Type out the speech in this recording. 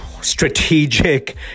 strategic